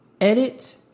edit